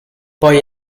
poi